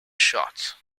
shot